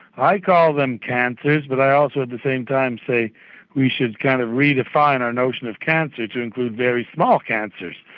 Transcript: i call them cancers but i also at the same time say we should kind of redefine our notion of cancer to include very small cancers.